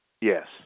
Yes